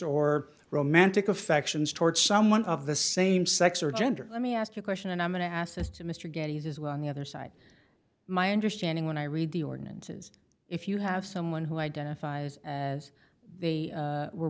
or romantic affections towards someone of the same sex or gender let me ask you a question and i'm going to ask this to mr getty's as well on the other side my understanding when i read the ordinances if you have someone who identifies as they were